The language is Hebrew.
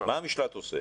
מה המשל"ט עושה?